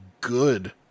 good